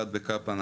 עבד בקפלן,